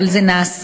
אבל זה נעשה,